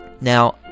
now